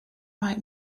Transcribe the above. right